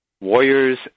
warriors